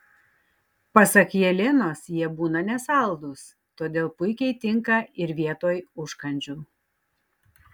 pasak jelenos jie būna nesaldūs todėl puikiai tinka ir vietoj užkandžių